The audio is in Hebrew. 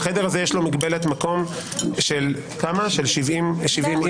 לחדר הזה יש מגבלת מקום של 70 איש.